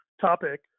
topic